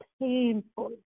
painful